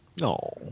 No